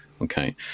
okay